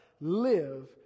live